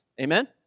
Amen